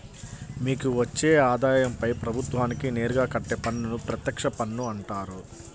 మీకు వచ్చే ఆదాయంపై ప్రభుత్వానికి నేరుగా కట్టే పన్నును ప్రత్యక్ష పన్ను అంటారు